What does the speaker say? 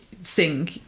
sing